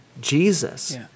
Jesus